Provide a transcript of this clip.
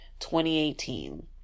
2018